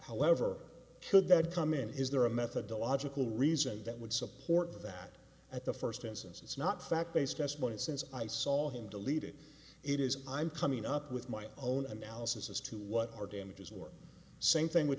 however should that come in is there a methodological reason that would support that at the first instance it's not fact based testimony since i saw him deleted it is i'm coming up with my own analysis as to what our damages were same thing with